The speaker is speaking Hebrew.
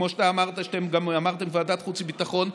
כמו שאתה אמרת שאתם גם אמרתם בוועדת חוץ וביטחון,